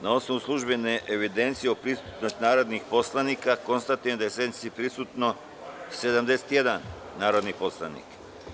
Na osnovu službene evidencije o prisutnosti narodnih poslanika, konstatujem da sednici prisustvuje 71 narodni poslanik.